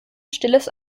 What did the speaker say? stilles